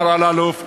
מר אלאלוף,